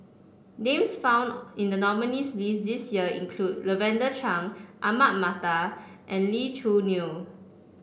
names found in the nominees' list this year include Lavender Chang Ahmad Mattar and Lee Choo Neo